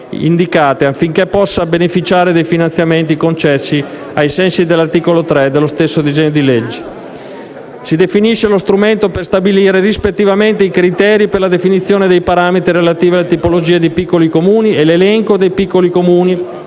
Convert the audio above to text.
indicate, affinché possa beneficiare dei finanziamenti concessi ai sensi dell'articolo 3 del disegno di legge. Il provvedimento definisce lo strumento per stabilire, rispettivamente, i criteri per la definizione dei parametri relativi alle tipologie di piccoli Comuni e l'elenco dei piccoli Comuni